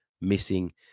missing